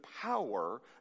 power